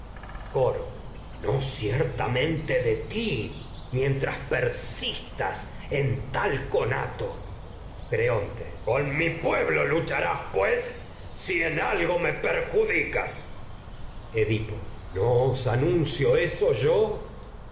coro tal abstente ciertamente de no ti mientras persistas en conato creonte con mi pueblo lucharás pues si en algo me perjudicas edipo no os anuncié eso yo